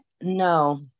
No